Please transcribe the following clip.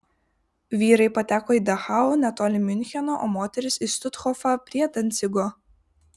vyrai pateko į dachau netoli miuncheno o moterys į štuthofą prie dancigo